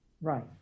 Right